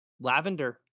Lavender